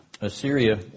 Assyria